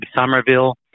Somerville